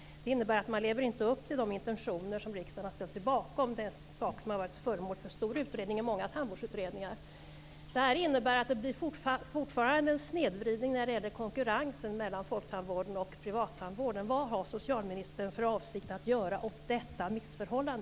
Det innebär att man inte lever upp till de intentioner som riksdagen har ställt sig bakom. Det är en sak som har varit föremål för många tandvårdsutredningar.